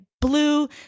blue